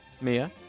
Mia